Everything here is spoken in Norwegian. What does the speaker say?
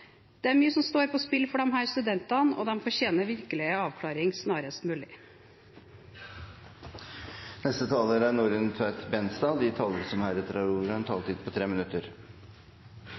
Det er mye som står på spill for disse studentene, og de fortjener virkelig en avklaring snarest mulig. De talere som heretter får ordet, har en taletid på inntil 3 minutter.